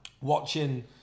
...watching